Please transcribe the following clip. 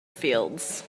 fields